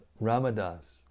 Ramadas